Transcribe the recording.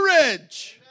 Courage